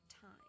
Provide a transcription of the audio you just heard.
time